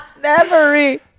Memory